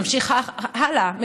ממשיכה הלאה.